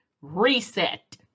reset